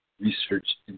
Research